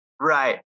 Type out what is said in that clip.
Right